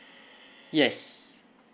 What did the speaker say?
yes